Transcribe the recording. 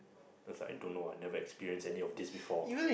then I was like I don't know I never experienced any of this before